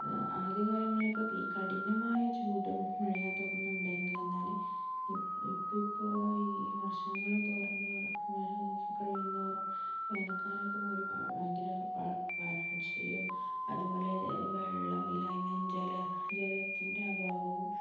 ആദ്യകാലങ്ങളിലൊക്കെ ഈ കഠിനമായ ചൂടും മഴയതൊക്കെ ഒന്നും ഉണ്ടായിരുന്നില്ല എന്നാല് ഇപ്പം ഇപ്പോൾ ഈ വർഷങ്ങള്തോറും തോറും കഴിയുംതോറും വേനൽ കാലമൊക്കെ ഒരുപാട് ഭയങ്കര വരൾച്ചയും അതുപോലെ വെള്ളമില്ലായ്മയും ജല ജലത്തിന്റെ അഭാവവും